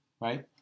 Right